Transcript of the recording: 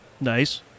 Nice